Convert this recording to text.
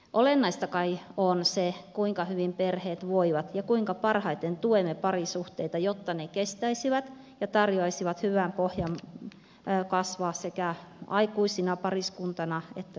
olennaista kai on se kuinka hyvin perheet voivat ja kuinka parhaiten tuemme parisuhteita jotta ne kestäisivät ja tarjoaisivat hyvän pohjan kasvaa sekä aikuisille pariskuntana että sitten lapsille